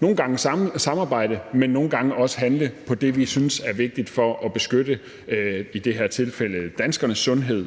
Nogle gange må vi samarbejde, men nogle gange også handle på det, vi synes er vigtigt for at beskytte i det her tilfælde danskernes sundhed